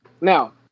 now